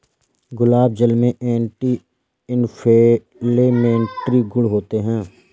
गुलाब जल में anti inflammatory गुण होते हैं